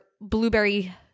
blueberry